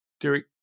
Derek